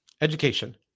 education